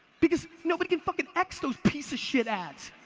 because, nobody can fucking x those piece of shit ads.